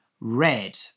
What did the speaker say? red